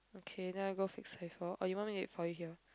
okay then I go fix cipher or you want me to wait for you here